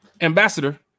Ambassador